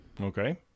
Okay